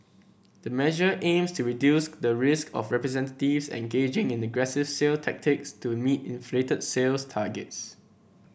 the measure aims to reduce the risk of representatives engaging in the aggressive sale tactics to meet inflated sales targets